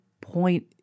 point